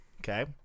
Okay